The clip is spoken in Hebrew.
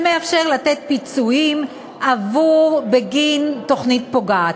שמאפשר לתת פיצויים בגין תוכנית פוגעת.